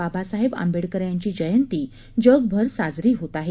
बाबासाहेब आबेडकर यांची जयंती जगभर साजरी होत आहे